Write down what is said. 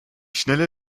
schnelle